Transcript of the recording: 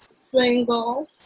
single